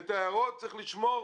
את ההערות צריך לשמור